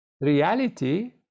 reality